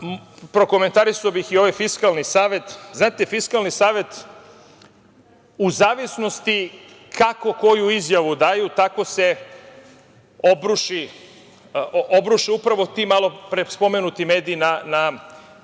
prokomentarisao bih i ovaj Fiskalni savet. Znate, Fiskalni savet u zavisnosti kako koju izjavu daju tako se obruše upravo ti malopre spomenuti mediji na